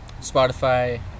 Spotify